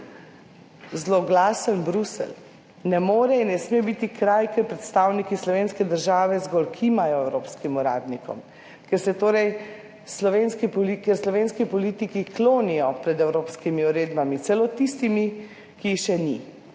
ta zloglasen Bruselj, ne more in ne sme biti kraj, kjer predstavniki slovenske države zgolj kimajo evropskim uradnikom, ker slovenski politiki klonijo pred evropskimi uredbami, celo tistimi, ki jih še ni.